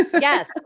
Yes